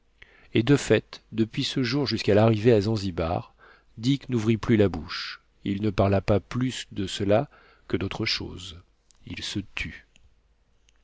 et de fait depuis ce jour jusqu'à l'arrivée à zanzibar dick n'ouvrit plus la bouche il ne parla pas plus de cela que d'autre chose il se tut